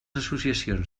associacions